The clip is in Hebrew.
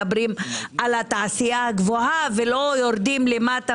מדברים על התעשייה הגבוהה ולא יורדים למטה